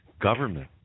government